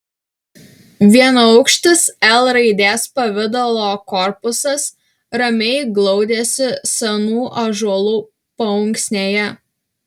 vienaukštis l raidės pavidalo korpusas ramiai glaudėsi senų ąžuolų paunksnėje